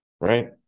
Right